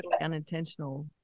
unintentional